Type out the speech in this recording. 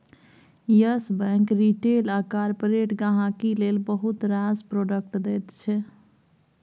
yes Bank retail आ corporate गांहिकी लेल बहुत रास प्रोडक्ट दैत छै